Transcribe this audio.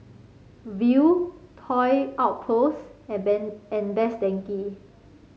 Viu Toy Outpost and and Best Denki